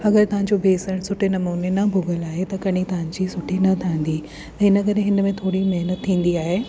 अगरि तांजो बेसण सुठे नमूने न भुॻल आहे त कड़ी तव्हांजी सुठी न ठहंदी त इन करे हिन में थोरी महिनतु थींदी आहे